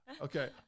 Okay